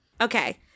Okay